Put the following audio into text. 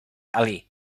ali